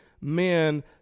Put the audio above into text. men